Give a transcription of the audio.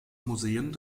museen